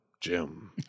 Jim